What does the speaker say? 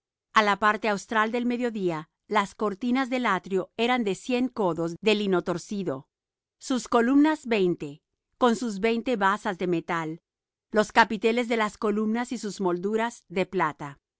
á la parte austral del mediodía las cortinas del atrio eran de cien codos de lino torcido sus columnas veinte con sus veinte basas de metal los capiteles de las columnas y sus molduras de plata